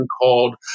called